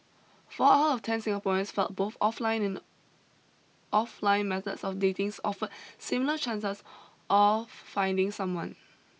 four out of ten Singaporeans felt both offline and offline methods of dating offered similar chances of finding someone